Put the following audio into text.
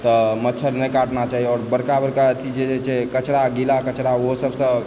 तऽ मच्छर नहि काटना चाही आओर बड़का बड़का अथी जे रहय छै कचड़ा गीला कचड़ा ओहो सभसँ